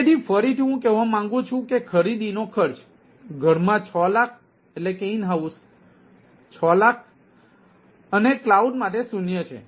તેથી ફરીથી હું કેહવા માંગુ છું કે ખરીદીનો ખર્ચ ઘરમાં 6 લાખ અને કલાઉડ માટે શૂન્ય છે